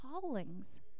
callings